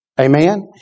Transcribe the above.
Amen